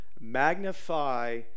magnify